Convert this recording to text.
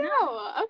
no